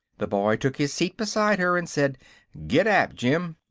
the boy took his seat beside her and said gid-dap, jim.